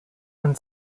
ein